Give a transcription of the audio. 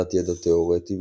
הפגנת ידע תאורטי,